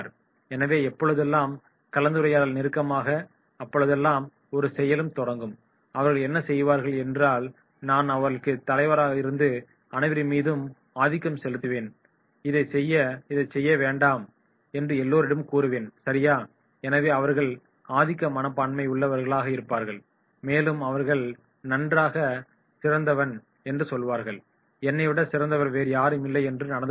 எனவே எப்பொழுதுஎல்லாம் கலந்துரையாடல் தொடங்குமோ அப்பொழுதெல்லாம் ஒரு செயலும் தொடங்கும் அவர்கள் என்ன சொல்வார்கள் என்றால் "நான் அவர்களுக்கு தலைவராக இருந்து அனைவரின் மீதும் ஆதிக்கம் செலுத்துவேன் இதைச் செய்ய இதைச் செய்ய வேண்டாம் என்று எல்லோரிடமும் கூறுவேன் சரியா" எனவே அவர்கள் ஆதிக்க மனப்பான்மை உள்ளவர்களாக இருப்பார்கள் மேலும் அவர்கள் "நான்தான் சிறந்தவன்" என்று சொல்வார்கள் என்னைவிடச் சிறந்தவர் வேறு யாரும் இல்லை என்று நடந்துகொள்வார்கள்